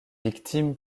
victime